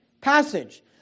passage